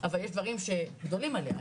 אבל יש דברים שגדולים עליה,